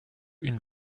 une